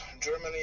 Germany